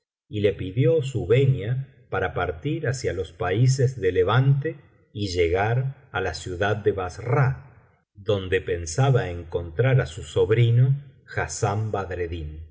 y le pidió su venia para partir hacia los países de levante y llegar á la ciudad de basara en donde pensaba encontrar á su sobri